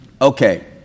Okay